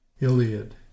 Iliad